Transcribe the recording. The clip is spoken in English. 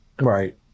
right